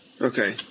Okay